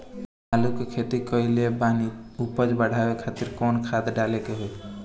आलू के खेती कइले बानी उपज बढ़ावे खातिर कवन खाद डाले के होई?